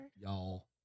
Y'all